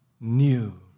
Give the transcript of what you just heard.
new